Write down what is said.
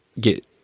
get